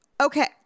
Okay